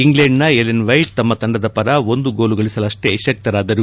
ಇಂಗ್ಲೆಂಡ್ನ Ellen White ತಮ್ಮ ತಂಡದ ಪರ ಒಂದು ಗೋಲು ಗಳಿಸಲಷ್ಟೇ ಶಕ್ತರಾದರು